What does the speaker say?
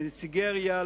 ולנציגי העירייה,